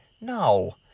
No